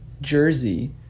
Jersey